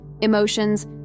emotions